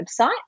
website